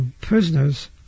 prisoners